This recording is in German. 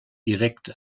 direkt